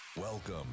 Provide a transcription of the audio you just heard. Welcome